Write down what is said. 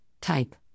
Type